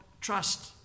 trust